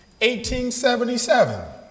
1877